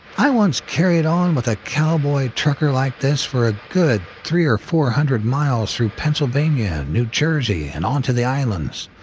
i once carried on with a cowboy trucker like this for a good three or four hundred miles through pennsylvania, new jersey and onto the islands,